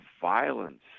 violence